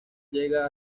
llega